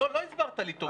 לא, לא הסברת לי טוב.